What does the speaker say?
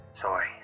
Sorry